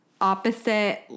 opposite